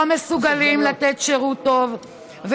לא מסוגלים לתת שירות טוב.